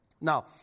Now